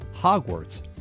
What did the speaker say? Hogwarts